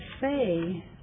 say